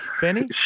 Benny